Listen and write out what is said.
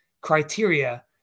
criteria